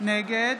נגד